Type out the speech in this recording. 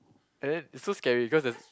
and then it's so scary cause there's